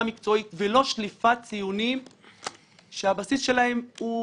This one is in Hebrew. מקצועית ולא שליפת ציונים שהבסיס שלהם שרירותי.